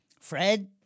Fred